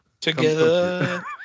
Together